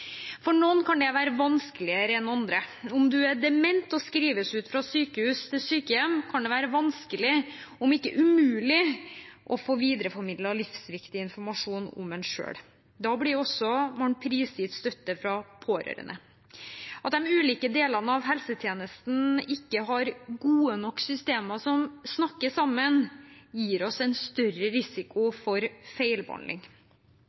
For noen kan det være vanskeligere enn for andre. Om en er dement og skrives ut fra sykehus til sykehjem, kan det være vanskelig – om ikke umulig – å få videreformidlet livsviktig informasjon om en selv. Da blir man også prisgitt støtte fra pårørende. At de ulike delene av helsetjenesten ikke har gode nok systemer som snakker sammen, gir oss en større